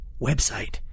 website